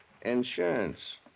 Insurance